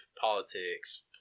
politics